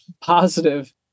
positive